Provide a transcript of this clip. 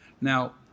Now